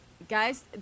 Guys